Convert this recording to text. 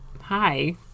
Hi